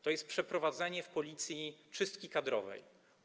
Chodzi o przeprowadzenie w Policji czystki kadrowej.